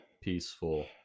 peaceful